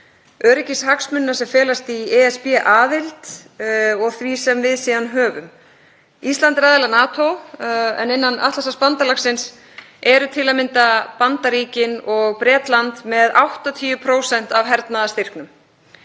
öryggishagsmunina sem felast í ESB-aðild og því sem við síðan höfum. Ísland er aðili að NATO en innan Atlantshafsbandalagsins eru til að mynda Bandaríkin og Bretland með 80% af hernaðarstyrknum